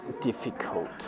difficult